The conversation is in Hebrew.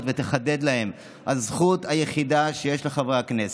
ותחדד להן על הזכות היחידה שיש לחברי הכנסת,